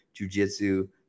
jujitsu